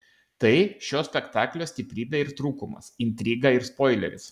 tai šio spektaklio stiprybė ir trūkumas intriga ir spoileris